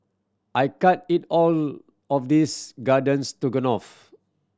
I can't eat all of this Garden Stroganoff